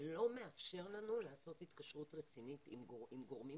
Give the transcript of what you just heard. זה לא מאפשר לנו לעשות התקשרות רצינית עם גורמים